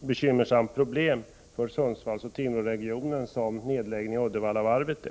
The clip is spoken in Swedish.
bekymmersamt problem för Sundsvalls-/Timrå-regionen som nedläggningen av Uddevallavarvet.